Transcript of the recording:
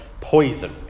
poison